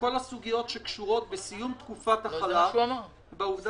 לכל הסוגיות הקשורות לסיום החל"ת ובעובדה